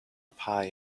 pie